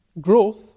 growth